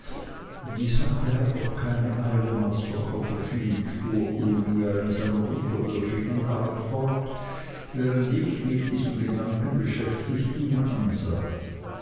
die sache hat noch keine eile master copperfield fuhr uriah in seiner unterwürfigen art fort während ich mit diesem gedanken beschäftigt ihn ansah